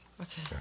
Okay